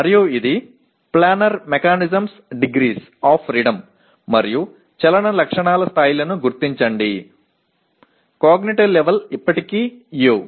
మరియు ఇది planar mechanisms degrees of freedom మరియు చలన లక్షణాల స్థాయిలను గుర్తించండి కాగ్నిటివ్ లెవెల్ ఇప్పటికీ U